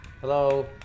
hello